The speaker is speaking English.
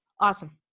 Awesome